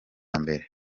mbere